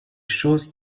choses